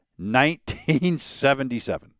1977